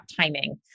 timing